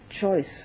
Choice